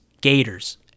Gators